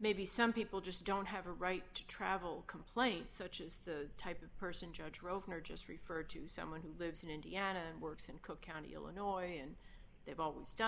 maybe some people just don't have a right to travel complaints such as the type of person judge over just referred to someone who lives in indiana and works in cook county illinois and they've always done